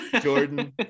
Jordan